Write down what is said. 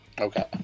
Okay